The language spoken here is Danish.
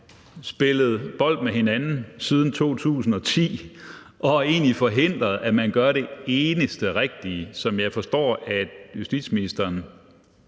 spillet bold med hinanden siden 2010 og egentlig forhindret, at man gør det eneste rigtige, som jeg forstår justitsministeren